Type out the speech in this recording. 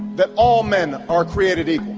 that all men are created equal.